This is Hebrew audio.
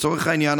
לצורך העניין,